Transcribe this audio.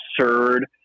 absurd